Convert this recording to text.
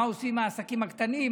מה עושים עם העסקים הקטנים,